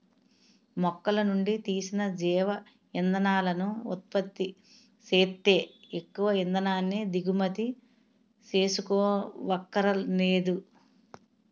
మొక్కలనుండి తీసిన జీవ ఇంధనాలను ఉత్పత్తి సేత్తే ఎక్కువ ఇంధనాన్ని దిగుమతి సేసుకోవక్కరనేదు